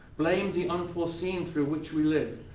blame the unforeseen through which we live,